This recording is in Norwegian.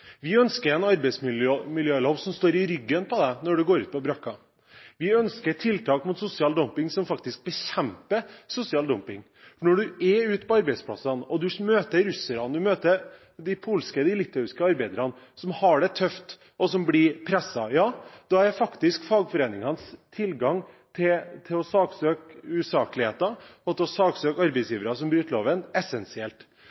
Vi ønsker en arbeidsmiljølov som står i ryggen på deg når du går ut på brakka. Vi ønsker tiltak mot sosial dumping som faktisk bekjemper sosial dumping. Når en er ute på arbeidsplassene og møter russiske, polske og litauiske arbeidere som har det tøft, og som blir presset – ja, da er faktisk fagforeningenes tilgang til å saksøke for usakligheter og til å saksøke